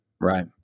Right